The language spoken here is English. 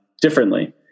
differently